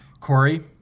Corey